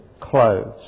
clothes